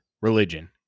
religion